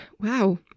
wow